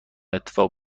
اتفاق